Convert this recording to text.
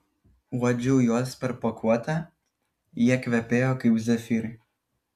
uodžiau juos per pakuotę jie kvepėjo kaip zefyrai